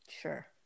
sure